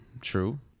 true